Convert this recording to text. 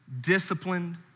disciplined